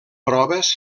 proves